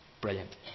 Brilliant